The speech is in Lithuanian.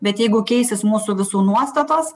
bet jeigu keisis mūsų visų nuostatos